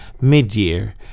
mid-year